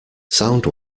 sound